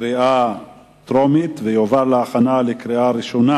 בקריאה טרומית ותועבר להכנה לקריאה ראשונה